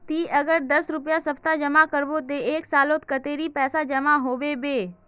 ती अगर दस रुपया सप्ताह जमा करबो ते एक सालोत कतेरी पैसा जमा होबे बे?